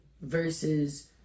versus